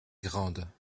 grandes